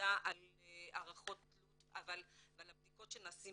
הרווחה והבריאות וועדת הכלכלה לדיון בהצעה